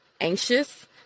anxious